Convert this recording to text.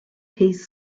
piece